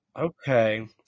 Okay